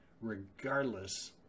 regardless